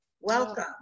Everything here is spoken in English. welcome